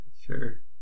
Sure